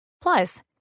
Plus